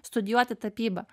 studijuoti tapybą